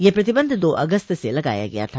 यह प्रतिबंध दो अगस्त से लगाया गया था